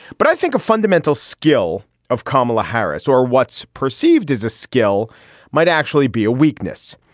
but i think a fundamental skill of kamala harris or what's perceived as a skill might actually be a weakness.